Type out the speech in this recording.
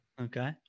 Okay